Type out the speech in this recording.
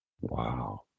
Wow